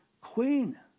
queen